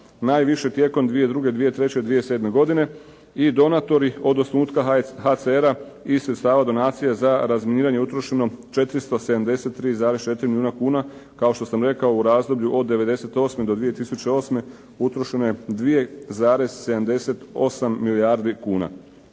najviše tijekom 2002., 2003., 2007. godine i donatori od osnutka HCR-a i sredstava donacija za razminiranje utrošeno 473,4 milijuna kuna kao što sam rekao u razdoblju od '98. do 2008. utrošeno je 2,78 milijardi kuna.